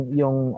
yung